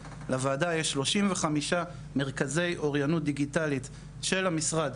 לוועדה יש 35 מרכזי אוריינות דיגיטלית של המשרד.